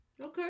Okay